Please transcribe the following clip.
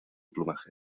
plumaje